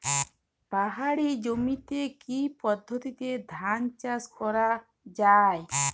পাহাড়ী জমিতে কি পদ্ধতিতে ধান চাষ করা যায়?